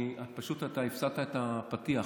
פשוט אתה הפסדת את הפתיח.